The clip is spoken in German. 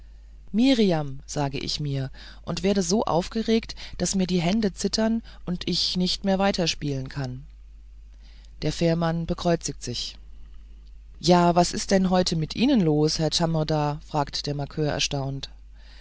sage ich mir und werde so aufgeregt daß mir die hände zittern und ich nicht mehr weiterspielen kann der fährmann bekreuzigt sich ja was ist denn heute mit ihnen los herr tschamrda fragt der markör erstaunt